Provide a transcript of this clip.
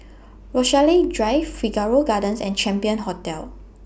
Rochalie Drive Figaro Gardens and Champion Hotel